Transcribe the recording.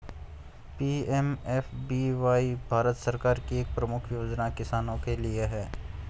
PMFBY Bharat सरकार की एक प्रमुख योजना किसानों के लिए है